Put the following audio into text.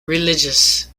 religious